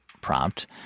prompt